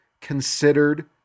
considered